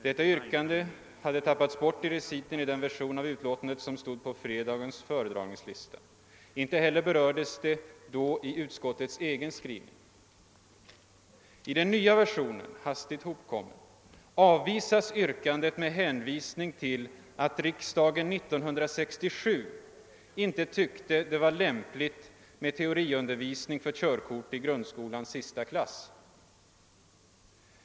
Detta yrkande hade tappats bort i reciten i den version av utlåtandet som stod på fredagens föredragningslista; inte heller berördes det då i utskottets egen skrivning. I den nya versionen avvisas yrkandet med hänvisning till att riksdagen år 1967 inte ansåg att det var lämpligt med teoriundervisning för körkort i grundskolans sista klass.